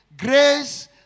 Grace